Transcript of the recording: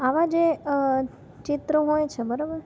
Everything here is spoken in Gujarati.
આવા જે ચિત્ર હોય છે બરોબર